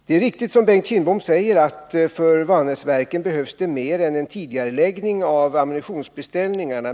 Det är riktigt, som Bengt Kindbom säger, att för Vanäsverken behövs det mer än en tidigareläggning av ammunitionsbeställningarna.